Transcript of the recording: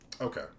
Okay